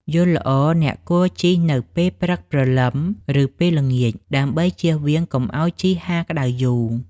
យល់ល្អអ្នកគួរជិះនៅពេលព្រឹកព្រលឹម ឬពេលល្ងាចដើម្បីជៀសវាងកុំឱ្យជិះហាលក្ដៅយូរ។